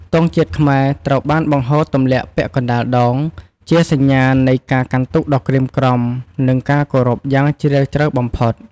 ទង់ជាតិខ្មែរត្រូវបានបង្ហូតទម្លាក់ពាក់កណ្ដាលដង ជាសញ្ញានៃការកាន់ទុក្ខដ៏ក្រៀមក្រំ និងការគោរពយ៉ាងជ្រាលជ្រៅបំផុត។